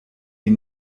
die